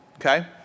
Okay